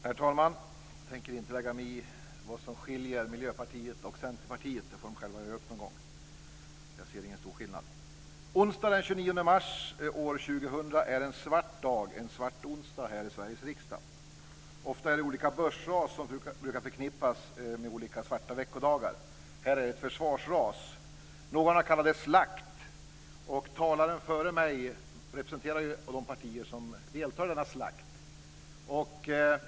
Herr talman! Jag tänker inte lägga mig i vad som skiljer Miljöpartiet från Centerpartiet. Det får de själva göra upp någon gång. Jag ser ingen stor skillnad. Onsdagen den 29 mars år 2000 är en svart dag, en svart onsdag här i Sveriges riksdag. Ofta är det olika börsras som brukar förknippas med olika svarta veckodagar. Här är det ett försvarsras. Någon har kallat det slakt, och talaren före mig representerar ju ett av de partier som deltar i denna slakt.